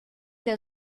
der